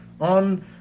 on